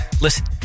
listen